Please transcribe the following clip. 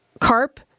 CARP